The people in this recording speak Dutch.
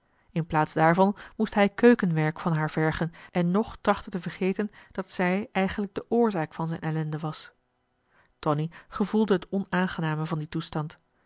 in plaats daarvan moest hij keukenwerk van haar vergen en nog trachten te vergeten dat zij eigenlijk de oorzaak van zijn ellende was tonie gevoelde het onaangename van dien toestand